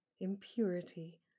impurity